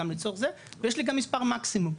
גם לצורך זה ויש לי גם מספר מקסימום,